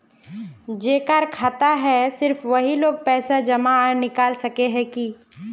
जेकर खाता है सिर्फ वही लोग पैसा जमा आर निकाल सके है की?